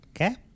Okay